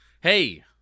Hey